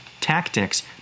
tactics